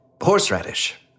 Horseradish